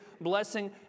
blessing